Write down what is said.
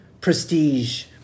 prestige